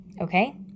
Okay